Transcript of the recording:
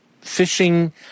fishing